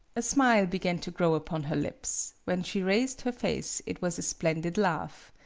a smile began to grow upon her lips when she raised her face it was a splendid laugh.